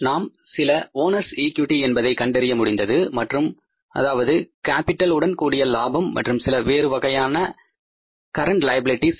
நம்ம சில ஓனர்ஸ் ஈகியூட்டிOwners equity என்பதை கண்டறிய முடிந்தது மற்றும் அதாவது கேபிடல் உடன் கூடிய லாபம் மற்றும் சில வேறு வகையான நடப்பு லைபிலிட்டிஸ்